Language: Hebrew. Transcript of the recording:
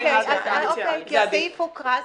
כי הסעיף הוקרא,